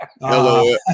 Hello